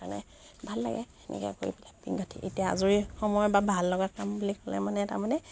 কাৰণে ভাল লাগে সেনেকে কৰি পেলাই পিন্ধি এতিয়া আজৰি সময় বা ভাল লগা কাম বুলি ক'লে মানে তাৰমানে